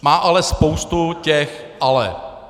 Má ale spoustu těch ale.